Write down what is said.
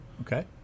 Okay